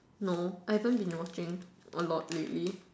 no I haven't been watching a lot lately